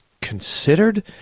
considered